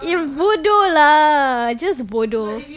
you bodoh lah just bodoh